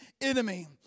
enemy